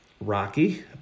rocky